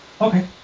Okay